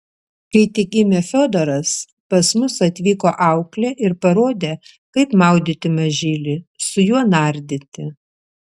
kai tik gimė fiodoras pas mus atvyko auklė ir parodė kaip maudyti mažylį su juo nardyti